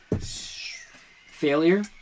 failure